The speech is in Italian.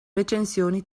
recensioni